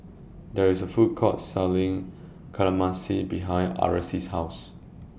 There IS A Food Court Selling Kamameshi behind Arlis' House